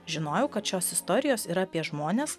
žinojau kad šios istorijos yra apie žmones